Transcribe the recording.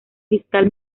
fiscal